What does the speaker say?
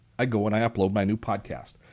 i go and i upload my new podcast.